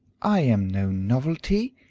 i am no novelty.